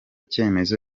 cyemezo